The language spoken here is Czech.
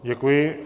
Děkuji.